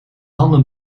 handen